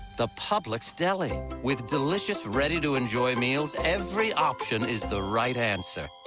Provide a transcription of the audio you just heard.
the publix deli. with delicious, ready to enjoy meals. every option is the right answer.